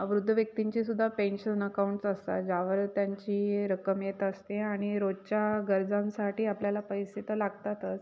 वृद्ध व्यक्तींची सुद्धा पेन्शन अकाऊंट्स असतात ज्यावर त्यांची रक्कम येत असते आणि रोजच्या गरजांसाठी आपल्याला पैसे तर लागतातच